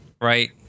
right